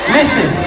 Listen